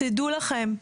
תדעו לכם,